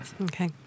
Okay